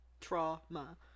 Trauma